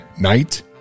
night